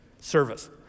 service